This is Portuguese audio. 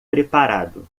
preparado